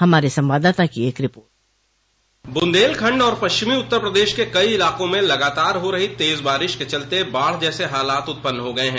हमारे संवाददाता की एक रिपोर्ट बुन्देलखण्ड और पश्चिमी उत्तर प्रदेश के कई इलाकों में लगातार हो रही तेज बारिश के चलते बांढ़ जैसे हालात उत्पन्न हो गये हैं